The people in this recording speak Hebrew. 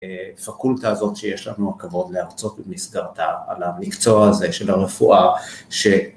אה, פקולטה הזאת שיש לנו הכבוד להרצות במסגרתה על המקצוע הזה של הרפואה, ש...